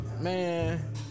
Man